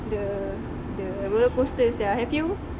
the the roller coasters sia have you